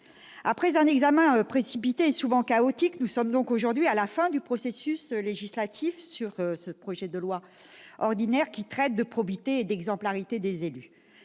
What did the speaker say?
Après un examen précipité et souvent chaotique, nous sommes donc aujourd'hui parvenus à la fin du processus législatif sur ce projet de loi ordinaire qui traite de probité et d'exemplarité des élus.